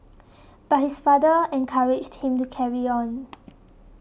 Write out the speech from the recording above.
but his father encouraged him to carry on